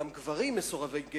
וגם גברים מסורבי גט,